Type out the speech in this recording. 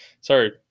sorry